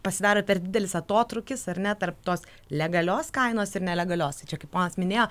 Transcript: pasidaro per didelis atotrūkis ar ne tarp tos legalios kainos ir nelegalios tai čia kaip ponas minėjo